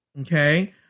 Okay